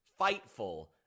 FIGHTFUL